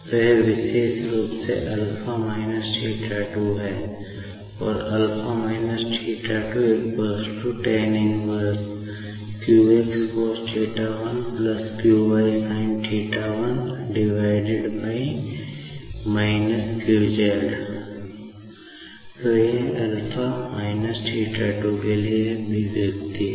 तो यह α − θ 2 के लिए अभिव्यक्ति है